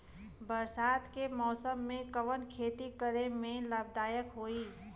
बरसात के मौसम में कवन खेती करे में लाभदायक होयी?